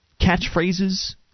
catchphrases